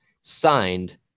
signed